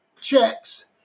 checks